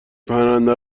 پرنده